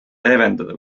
leevendada